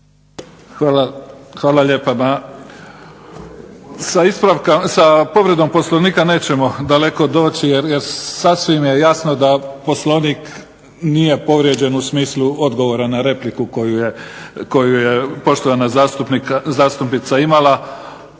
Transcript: Hvala lijepa. Sa povredom Poslovnika nećemo daleko doći jer sasvim je jasno da Poslovnik nije povrijeđen u smislu odgovora na repliku koju je poštovana zastupnica imala,